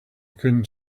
couldn’t